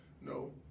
no